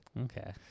Okay